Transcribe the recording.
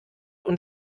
und